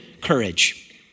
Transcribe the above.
courage